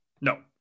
no